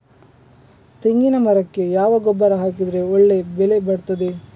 ತೆಂಗಿನ ಮರಕ್ಕೆ ಯಾವ ಗೊಬ್ಬರ ಹಾಕಿದ್ರೆ ಒಳ್ಳೆ ಬೆಳೆ ಬರ್ತದೆ?